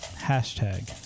hashtag